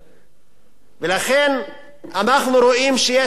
לכן אנחנו רואים שיש כאן מגמה.